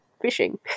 fishing